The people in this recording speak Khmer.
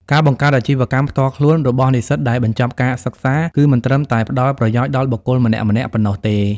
ការបង្កើតអាជីវកម្មផ្ទាល់ខ្លួនរបស់និស្សិតដែលបញ្ចប់ការសិក្សា គឺមិនត្រឹមតែផ្តល់ប្រយោជន៍ដល់បុគ្គលម្នាក់ៗប៉ុណ្ណោះទេ។